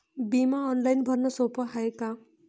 बिमा ऑनलाईन भरनं सोप हाय का?